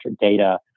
data